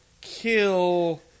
kill